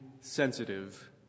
sensitive